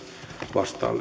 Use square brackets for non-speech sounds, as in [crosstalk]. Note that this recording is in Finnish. vastaan [unintelligible]